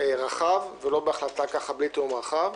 רחב ולא בהחלטה בלי תיאום רחב.